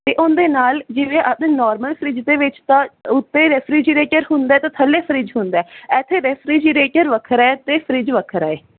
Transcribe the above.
ਤੇ ਉਨ ਦੇ ਨਾਲ ਜਿਵੇਂ ਆਪਦੇ ਨੋਰਮਲ ਫਰਿੱਜ ਦੇ ਵਿੱਚ ਤਾਂ ਉੱਤੇ ਰੈਫ੍ਰਿਜਰੇਟਰ ਹੁੰਦਾ ਤੇ ਥੱਲੇ ਫਰਿੱਜ ਹੁੰਦੇ ਇਥੇ ਤੇ ਰੈਫ੍ਰਿਜਰੇਟਰ ਵੱਖਰਾ ਹੈ ਤੇ ਫਰਿੱਜ ਵੱਖਰਾ ਹੈ